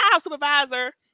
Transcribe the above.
supervisor